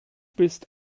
bist